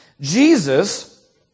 Jesus